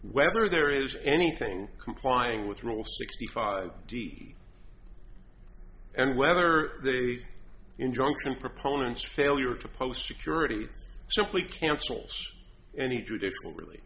whether there is anything complying with rule sixty five d and whether the injunction proponents failure to post security so please cancels any judit will really